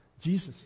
Jesus